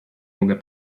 mogę